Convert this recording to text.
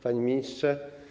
Panie Ministrze!